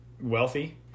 wealthy